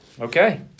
Okay